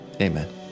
amen